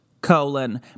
Colon